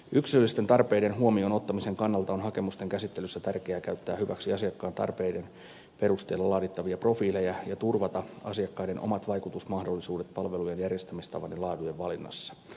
yksilöllisten tarpeiden huomioon ottamisen kannalta on hakemusten käsittelyssä tärkeää käyttää hyväksi asiakkaiden tarpeiden perusteella laadittavia profiileja ja turvata asiakkaiden omat vaikutusmahdollisuudet palvelujen järjestämistavan ja laadun valinnassa